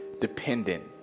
dependent